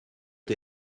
ont